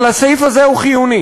אבל הסעיף הזה הוא חיוני,